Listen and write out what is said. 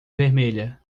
vermelha